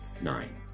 nine